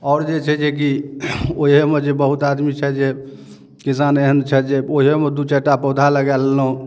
आओर जे छै जेकी ओहिए मे जे बहुत आदमी छथि जे किसान एहन छथि जे ओहिओ मे दू चारिटा पौधा लगा लेलथि